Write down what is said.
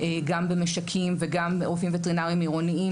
גם במשקים וגם רופאים וטרינרים עירוניים,